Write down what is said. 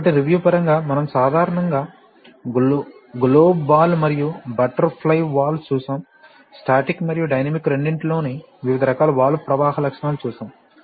కాబట్టి రివ్యూ పరంగా మనం సాధారణంగా గ్లోబ్ బాల్ మరియు బటర్ ఫ్లై వాల్వ్స్ చూశాము స్టాటిక్ మరియు డైనమిక్ రెండింటిలోనూ వివిధ రకాల వాల్వ్ ప్రవాహ లక్షణాలను చూశాము